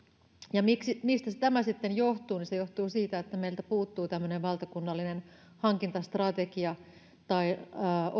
ja mistäs tämä sitten johtuu niin se johtuu siitä että meiltä puuttuu valtakunnallinen hankintastrategia tai